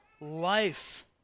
life